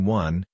one